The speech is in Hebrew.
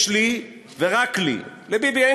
יש לי ורק לי, לביבי אין